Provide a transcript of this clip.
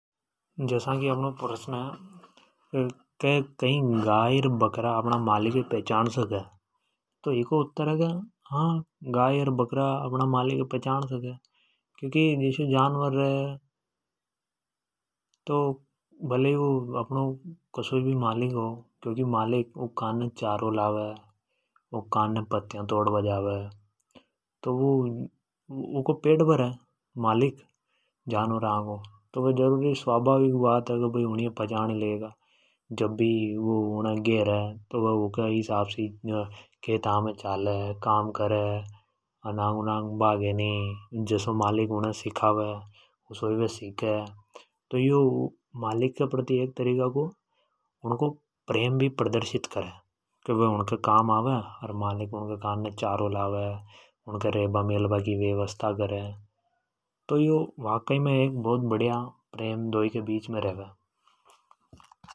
﻿जस्या कि अपनो प्रश्न है कई गाय अर बकरा अपना मालिक अ पहचान सके तो इको उतर है हा। गाय अर बकरा अपना मालिक है पहचान सके। क्योंकि जस्यो जानवर रे तो भले ही वु अपनो कसोई भी मालिक हो क्योंकि मालिक ऊँके कानने चारों लावे। ऊँक कानने पत्या तोडबा जावे। तो वु ऊँको पेट भरे मालिक। तो जरूरी है स्वभाविक बात है की उनी ये पहचान ही लेगा। जब भी वु उने घेरे तो वे ऊँ के हिसाब से ही खेता मे चाले काम करे अनांग उनांग भागे नि। जसो मालिक उने सिखा वे उसो ही वे सीखे। तो यो मालिक के प्रति उनको प्रेम भी प्रदर्शित करे। के वे उनके काम आवे अर मालिक उनके कानने चारो लावे उनके कान ने रेबा मेलबा की व्यवस्था करे तो यो वाकई मे एक बहुत बडीआ प्रेम दोई के बीच मे रेवे।